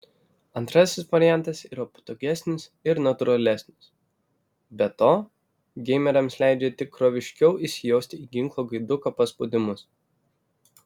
antrasis variantas yra patogesnis ir natūralesnis be to geimeriams leidžia tikroviškiau įsijausti į ginklo gaiduko paspaudimus